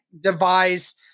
devise